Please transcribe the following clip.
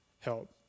help